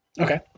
Okay